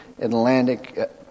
Atlantic